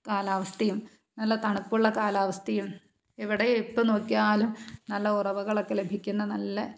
കാലാവസ്ഥയും നല്ല തണുപ്പുള്ള കാലാവസ്ഥയും എവിടെ എപ്പോൾ നോക്കിയാലും നല്ല ഉറവകളൊക്കെ ലഭിക്കുന്ന നല്ല